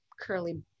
curly